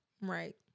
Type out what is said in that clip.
Right